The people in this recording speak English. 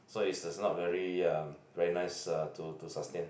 so is is not very uh very nice uh to to sustain